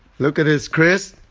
look at this chris,